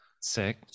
sick